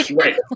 right